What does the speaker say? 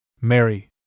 Mary